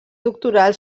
doctoral